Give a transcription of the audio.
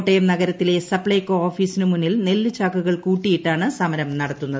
കോട്ടയം നഗരത്തിലെ സപ്ലൈകോ ഓപ്ട്ടീസിനു മുന്നിൽ നെൽ ചാക്കുകൾ കൂട്ടിയിട്ടാണ് സമരം നടത്തുന്നത്